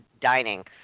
dining